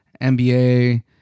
nba